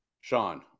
Sean